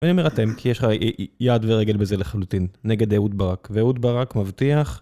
אני אומר אתם כי יש לך יד ורגל בזה לחלוטין נגד אהוד ברק ואהוד ברק מבטיח